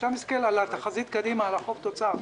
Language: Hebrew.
כשאתה מסתכל על התחזית קדימה, על החוב תוצר,